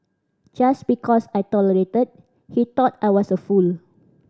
just because I tolerated he thought I was a fool